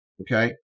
Okay